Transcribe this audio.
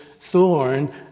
thorn